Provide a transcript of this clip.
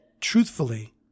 truthfully